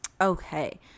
Okay